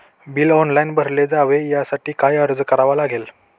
Bill online भरले जावे यासाठी काय अर्ज करावा लागेल?